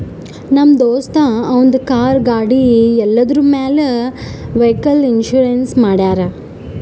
ನಮ್ ದೋಸ್ತ ಅವಂದ್ ಕಾರ್, ಗಾಡಿ ಎಲ್ಲದುರ್ ಮ್ಯಾಲ್ ವೈಕಲ್ ಇನ್ಸೂರೆನ್ಸ್ ಮಾಡ್ಯಾರ್